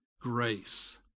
grace